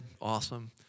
awesome